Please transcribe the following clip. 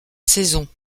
saison